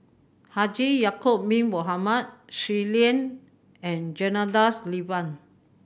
Haji Ya'acob Bin Mohamed Shui Lan and Janadas Devan